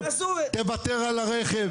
תוותר על הרכב.